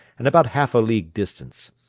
and about half a league distance.